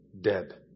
Dead